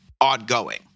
ongoing